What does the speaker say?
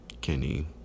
Kenny